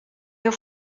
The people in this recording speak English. your